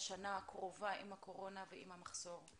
לשנה הקרובה עם הקורונה ועם המחסור.